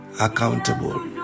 accountable